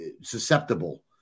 susceptible